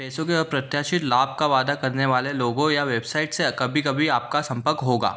पैसों के अप्रत्याशित लाभ का वादा करने वाले लोगों या वेबसाइट्स से कभी कभी आपका संपर्क होगा